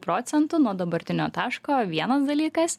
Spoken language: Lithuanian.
procentų nuo dabartinio taško vienas dalykas